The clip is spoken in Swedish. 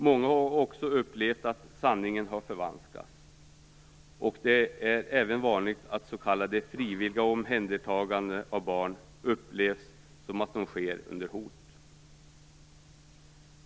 Många har också upplevt att sanningen har förvanskats. Det är även vanligt att s.k. frivilliga omhändertaganden av barn upplevs som att de sker under hot.